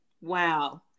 Wow